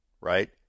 right